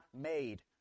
made